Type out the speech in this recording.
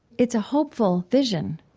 it's a hopeful vision.